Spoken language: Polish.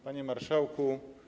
Panie Marszałku!